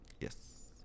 Yes